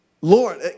Lord